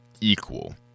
equal